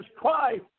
Christ